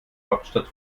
hauptstadt